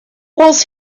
was